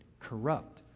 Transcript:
corrupt